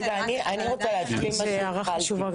רגע, אני רוצה להגיד משהו אחד.